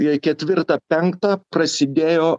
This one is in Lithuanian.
jei ketvirtą penktą prasidėjo